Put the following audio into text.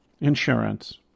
insurance